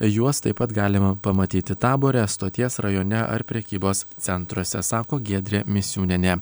juos taip pat galima pamatyti tabore stoties rajone ar prekybos centruose sako giedrė misiūnienė